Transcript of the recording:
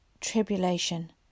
tribulation